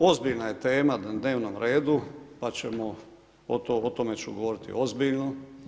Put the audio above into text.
Ozbiljna je tema na dnevnom redu, pa ćemo, o tome ću govoriti ozbiljno.